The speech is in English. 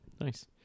Nice